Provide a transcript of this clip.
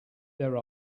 there